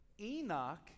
Enoch